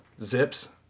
zips